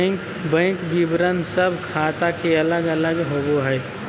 bank विवरण सब ख़ाता के अलग अलग होबो हइ